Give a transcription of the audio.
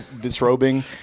disrobing